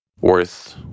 worth